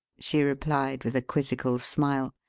she replied with a quizzical smile,